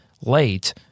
late